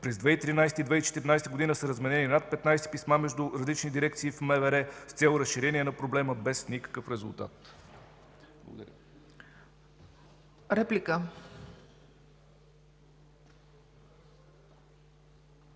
През 2013 - 2014 г. са разменени над 15 писма между различни дирекции в МВР с цел разрешение на проблема без никакъв резултат.